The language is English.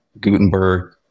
gutenberg